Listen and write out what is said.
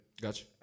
Gotcha